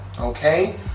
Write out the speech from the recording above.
Okay